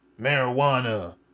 marijuana